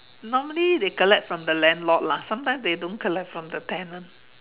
normally they collect from the landlord lah sometimes they don't collect from the tenant